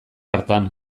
hartan